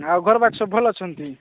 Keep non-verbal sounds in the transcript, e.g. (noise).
ଆଉ ଘର (unintelligible) ସବୁ ଭଲ ଅଛନ୍ତି